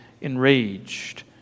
enraged